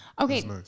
okay